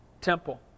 temple